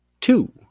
Two